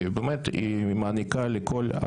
אגב, מתי אתם מתכננים להעלות אותו למליאה?